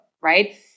right